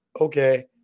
okay